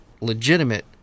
legitimate